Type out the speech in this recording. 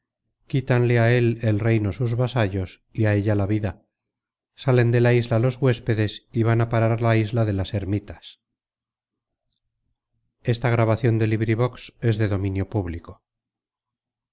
quítanle á él el reino sus vasallos y á ella la vida salen de la isla los huéspedes y van á parar á la isla de las ermitas